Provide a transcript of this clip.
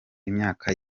imyaka